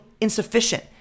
insufficient